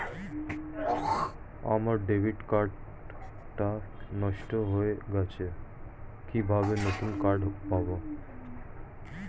আমার debit card টা নষ্ট হয়ে গেছে কিভাবে নতুন কার্ড পাব?